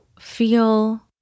feel